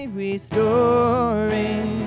restoring